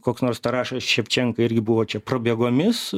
koks nors tarasas ševčenka irgi buvo čia prabėgomis